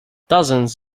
dozens